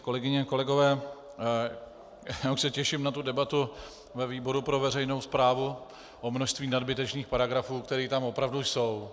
Kolegyně, kolegové, už se těším na tu debatu ve výboru pro veřejnou správu o množství nadbytečných paragrafů, které tam opravdu jsou.